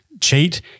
cheat